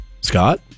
scott